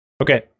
Okay